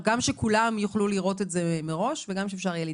שכולם יוכלו לראות את זה מראש וגם שאפשר יהיה להתייחס.